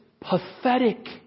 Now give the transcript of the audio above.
pathetic